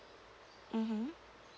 mmhmm